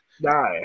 No